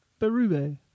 Berube